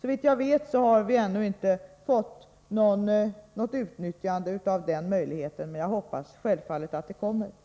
Såvitt jag vet har inte denna möjlighet ännu utnyttjats av någon. Men jag hoppas självfallet att så kommer att ske.